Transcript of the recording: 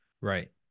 Right